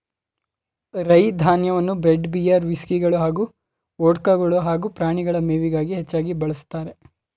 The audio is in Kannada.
ರೈ ಧಾನ್ಯವನ್ನು ಬ್ರೆಡ್ ಬಿಯರ್ ವಿಸ್ಕಿಗಳು ಹಾಗೂ ವೊಡ್ಕಗಳು ಹಾಗೂ ಪ್ರಾಣಿಗಳ ಮೇವಿಗಾಗಿ ಹೆಚ್ಚಾಗಿ ಬಳಸ್ತಾರೆ